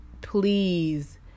please